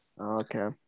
Okay